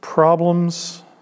Problems